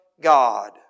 God